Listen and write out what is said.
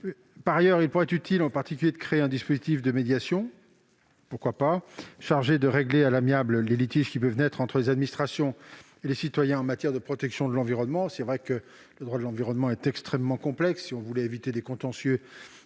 Par ailleurs, il pourrait être utile, en particulier, de créer un dispositif de médiation chargé de régler à l'amiable les litiges qui peuvent naître entre l'administration et les citoyens en matière de protection de l'environnement. En effet, le droit de l'environnement est extrêmement complexe et il est toujours